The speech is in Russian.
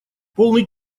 полный